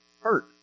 hurt